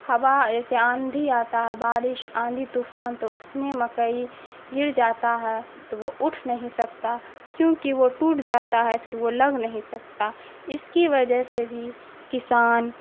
ہوا ایسے آندھی آتا ہے بارش آندھی طوفان تو اس میں مکئی گر جاتا ہے تو وہ اٹھ نہیں سکتا کیونکہ وہ ٹوٹ جاتا ہے پھر وہ لگ نہیں سکتا اس کی وجہ سے بھی کسان